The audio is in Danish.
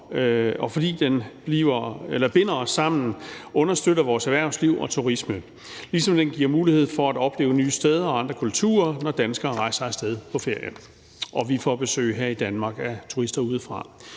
og fordi det binder os sammen, understøtter vores erhvervsliv og turisme, ligesom det giver mulighed for at opleve nye steder og andre kulturer, når danskere rejser af sted på ferie, og når vi får besøg her i Danmark af turister udefra.